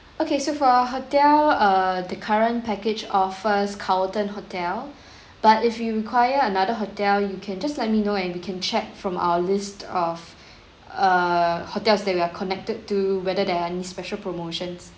okay so for your hotel err the current package offers carlton hotel but if you require another hotel you can just let me know and we can check from our list of err hotels that we are connected to whether there are any special promotions